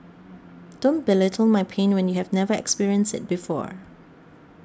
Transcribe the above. don't belittle my pain when you have never experienced it before